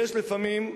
יש לפעמים,